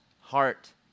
heart